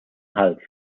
hals